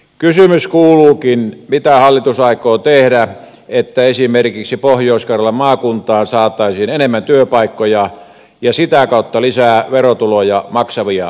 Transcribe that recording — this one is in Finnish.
kysymys kuuluukin mitä hallitus aikoo tehdä että esimerkiksi pohjois karjalan maakuntaan saataisiin enemmän työpaikkoja ja sitä kautta lisää verotuloja maksavia asukkaita